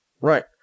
Right